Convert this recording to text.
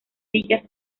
villas